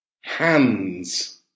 Hands